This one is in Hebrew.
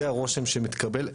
זה הרושם שמתקבל.